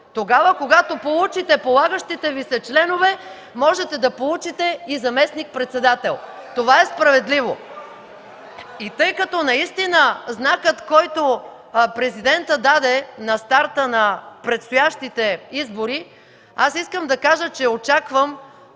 Тогава, когато получите полагащите Ви се членове, можете да получите и заместник-председател. Това е справедливо! Знакът, който Президентът даде на старта на предстоящите избори... Искам да кажа, че очаквам